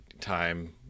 time